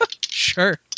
Sure